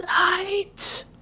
Light